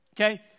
Okay